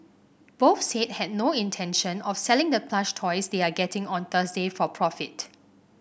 both said had no intention of selling the plush toys they are getting on Thursday for profit